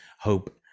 hope